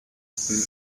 management